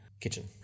kitchen